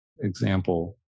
example